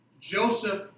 joseph